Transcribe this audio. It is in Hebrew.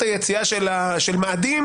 היציאה של מאדים